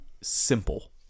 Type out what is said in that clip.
simple